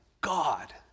God